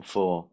Four